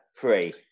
three